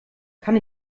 kann